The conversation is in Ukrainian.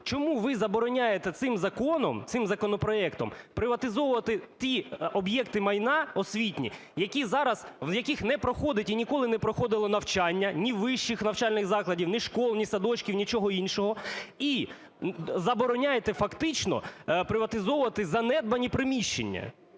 Чому ви забороняєте цим законом, цим законопроектом приватизовувати ті об'єкти майна освітні, які зараз, в яких не проходить і ніколи не проходило навчання: ні вищих навчальних закладів, ні шкіл, ні садочків, нічого іншого і забороняєте фактично приватизовувати занедбані приміщення?